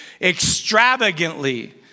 extravagantly